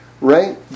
right